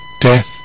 death